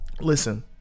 listen